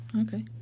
Okay